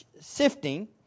sifting